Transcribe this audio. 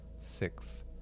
six